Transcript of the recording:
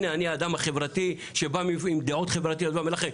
הנה אני האדם החברתי שבא עם דעות חברתיות ואומר לכם,